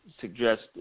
suggest –